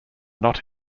not